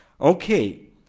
okay